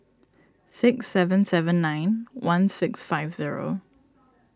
six seven seven nine one six five zero